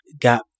got